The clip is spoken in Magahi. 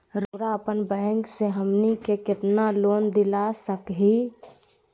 रउरा अपन बैंक से हमनी के कितना लोन दिला सकही?